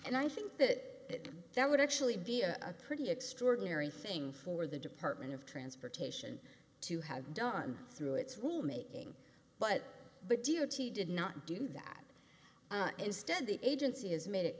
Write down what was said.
and i think that that would actually be a pretty extraordinary thing for the department of transportation to have done through its rulemaking but but d o t did not do that instead the agency has made it